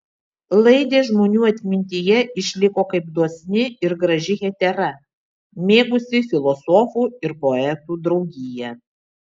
laidė žmonių atmintyje išliko kaip dosni ir graži hetera mėgusi filosofų ir poetų draugiją